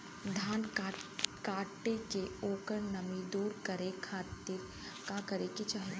धान कांटेके ओकर नमी दूर करे खाती का करे के चाही?